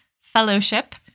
Fellowship